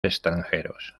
extranjeros